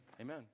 Amen